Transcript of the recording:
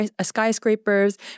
skyscrapers